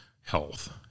health